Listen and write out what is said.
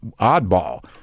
oddball